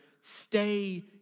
stay